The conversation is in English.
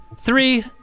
Three